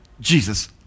Jesus